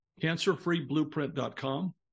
Cancerfreeblueprint.com